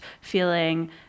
feeling